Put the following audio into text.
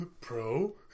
Pro